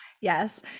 Yes